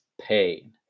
pain